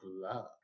love